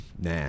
nah